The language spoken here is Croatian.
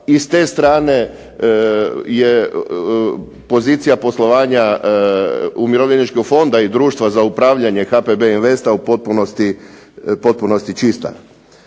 da s te strane je pozicija poslovanja umirovljeničkog fonda i društva za upravljanje HPB Investa u potpunosti čista.